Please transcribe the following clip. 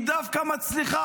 היא דווקא מצליחה,